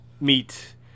meet